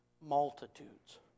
Multitudes